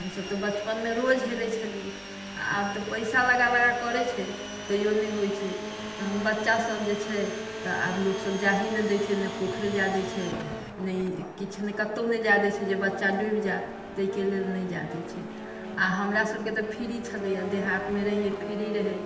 हमसब तऽ बचपन मे रोज हेलै छलियै आ आब तऽ पैसा लगा लगा कऽ करै छै तैयो नहि होइ छै तहन बच्चा सब जे छै तऽ आब लोकसब जाही नहि दै छै ने पोखरि जाय दै छै ने किछु कतौ नहि जाए दै छै जे बच्चा डूबि जायत ताहिके लेल नहि जाय दै छै आ हमरासबके त फ्री छलैया देहात मे रहियै फ्री रहै